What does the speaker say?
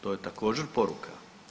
To je također poruka.